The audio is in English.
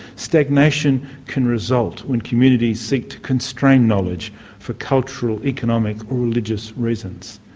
stagnation can result when communities seek to constrain knowledge for cultural, economic or religious reasons.